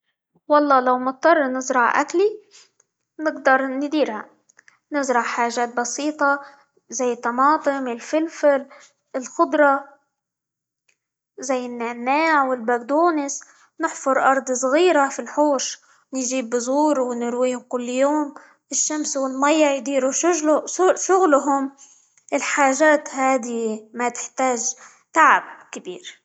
والله لو مضطرة نزرع أكلي نقدر نديرها، نزرع حاجات بسيطة زي الطماطم، الفلفل، الخضرة زي النعناع، والبقدونس، نحفر أرض صغيرة في الحوش، نجيب بذور، ونرويهم كل يوم، الشمس والماية يديروا -شش- شغلهم، الحاجات هذي ما تحتاج تعب كبير.